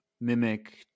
mimic